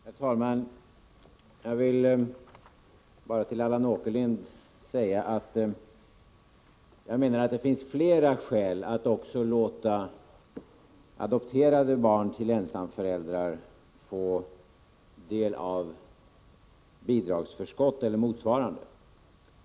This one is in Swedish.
Herr talman! Jag vill bara till Allan Åkerlind säga att jag menar att det finns flera skäl för att också låta adopterade barn till ensamföräldrar få del av bidragsförskott eller motsvarande.